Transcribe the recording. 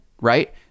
right